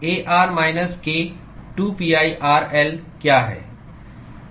A r माइनस k 2pi r L क्या है